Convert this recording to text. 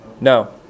No